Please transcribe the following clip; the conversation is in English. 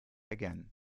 again